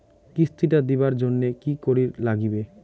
কিস্তি টা দিবার জন্যে কি করির লাগিবে?